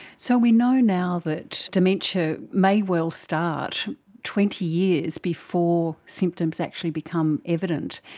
so we know now that dementia may well start twenty years before symptoms actually become evident.